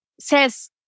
says